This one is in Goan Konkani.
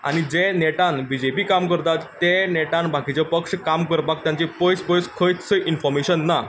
आनी जे नेटान बी जे पी काम करतात ते नेटान बाकीचे पक्ष काम करपाक तांची पयस पयस खंयच इन्फॉर्मेशन ना